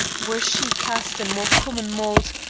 were she cast in more common mould,